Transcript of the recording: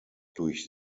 durch